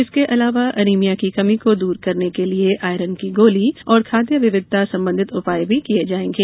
इसके अलावा एनिमिया की कमी को दूर करने के लिये आयरन की गोली और खाद्य विविधता संबंधित उपाय भी किये जाएंगे